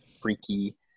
Freaky